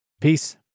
Peace